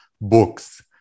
books